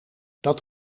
dat